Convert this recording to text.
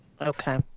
okay